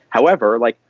however, like,